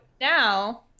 now